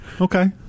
Okay